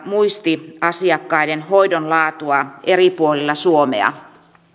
muistiasiakkaiden hoidon laatua eri puolilla suomea